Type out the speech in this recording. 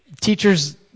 teacher's